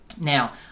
Now